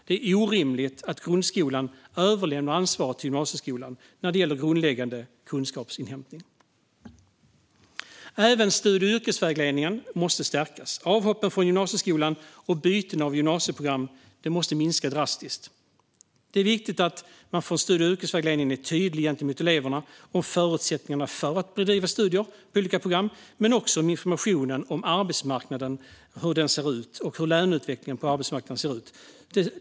Det är orimligt att grundskolan överlämnar ansvaret för grundläggande kunskapsinhämtning till gymnasieskolan. Även studie och yrkesvägledningen måste stärkas. Avhoppen från gymnasieskolan och bytena av gymnasieprogram måste minska drastiskt. Det är viktigt att studie och yrkesvägledningen är tydlig gentemot eleverna om förutsättningarna för att bedriva studier på olika program men också om hur arbetsmarknaden och löneutvecklingen ser ut.